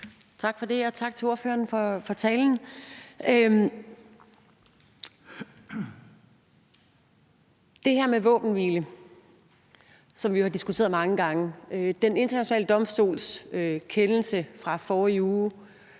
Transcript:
Tak for det, og tak til ordføreren for talen. Det handler om det her med våbenhvile, som vi jo har diskuteret mange gange. Den Internationale Domstols kendelse fra forrige uge